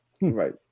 Right